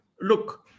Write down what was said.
look